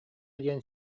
диэн